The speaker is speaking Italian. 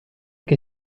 che